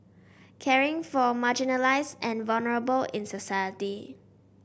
caring for marginalized and vulnerable in society